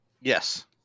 Yes